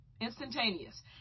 instantaneous